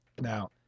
now